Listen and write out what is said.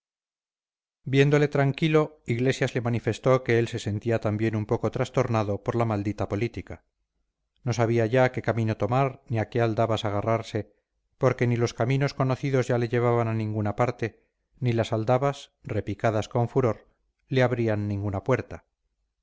viéndole tranquilo iglesias le manifestó que él se sentía también un poco trastornado por la maldita política no sabía ya qué camino tomar ni a qué aldabas agarrarse porque ni los caminos conocidos ya le llevaban a ninguna parte ni las aldabas repicadas con furor le abrían ninguna puerta